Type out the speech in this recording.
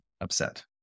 upset